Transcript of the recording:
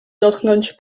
dotknąć